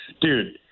dude